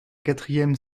quatrième